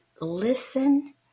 listen